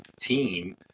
team